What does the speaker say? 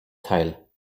teil